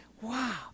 wow